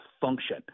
function